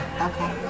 Okay